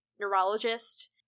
neurologist